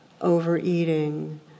overeating